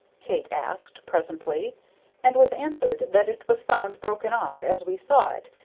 kate asked presently and was answered that it was found broken off as we saw it,